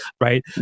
right